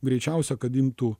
greičiausia kad imtų